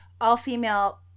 all-female